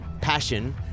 passion